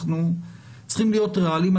אנחנו צריכים להיות ריאליים.